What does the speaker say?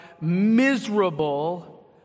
miserable